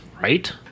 right